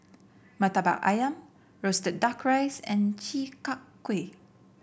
murtabak ayam roasted duck rice and Chi Kak Kuih